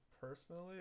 Personally